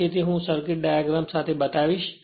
પછીથી હું circuit diagram સાથે બતાવીશ